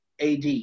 AD